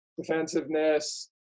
defensiveness